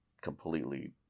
completely